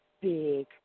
big